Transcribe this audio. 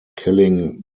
killing